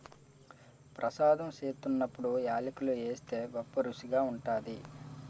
ప్రసాదం సేత్తున్నప్పుడు యాలకులు ఏస్తే గొప్పరుసిగా ఉంటాది